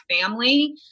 family